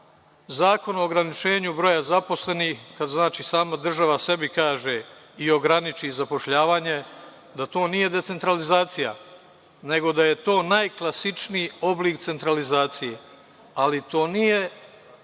Zakon o ograničenju broja zaposlenih to znači sama država sebi kaže i ograniči zapošljavanje, da to nije decentralizacija, nego da je to najklasičniji oblik centralizacije, ali to nije